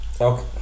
Okay